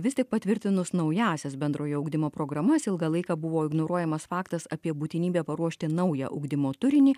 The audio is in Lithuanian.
vis tik patvirtinus naująsias bendrojo ugdymo programas ilgą laiką buvo ignoruojamas faktas apie būtinybę paruošti naują ugdymo turinį